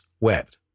wept